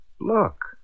Look